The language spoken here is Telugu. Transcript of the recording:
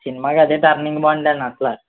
సినిమాకి అదే టర్నింగ్ పాయింట్ అన్న అసలు